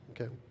okay